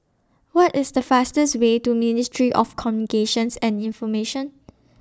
What IS The fastest Way to Ministry of Communications and Information